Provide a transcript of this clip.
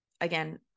again